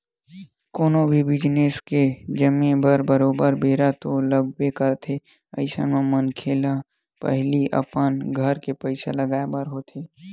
कोनो भी बिजनेस के जमें म बरोबर बेरा तो लगबे करथे अइसन म मनखे ल पहिली अपन घर के पइसा लगाय बर होथे